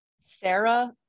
Sarah